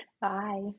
Bye